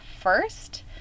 first